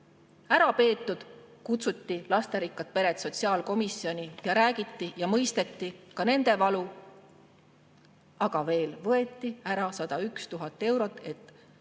ära peetud. Nüüd kutsuti lasterikkad pered sotsiaalkomisjoni, seal räägiti ja mõisteti ka nende valu. Aga veel võeti ära 101 000 eurot ehk